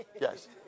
Yes